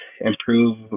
improve